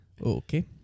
Okay